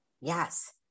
Yes